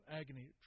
agony